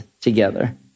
together